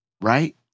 right